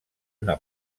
una